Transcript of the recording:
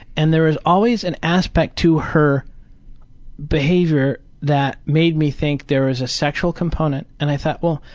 and there was always an aspect to her behavior that made me think there was a sexual component and i thought, well,